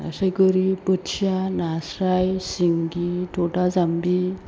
नास्राय गोरि बोथिया नास्राय सिंगि थथा जाम्बि